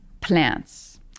plants